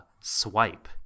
swipe